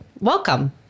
welcome